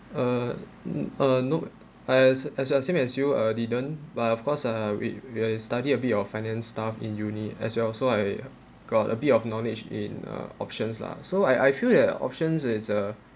uh mm uh not I as as I same as you uh didn't but of course uh we we will study a bit of finance stuff in uni as well so I got a bit of knowledge in uh options lah so I I feel that options it's uh